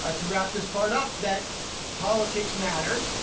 ah to wrap this part up, that politics matter.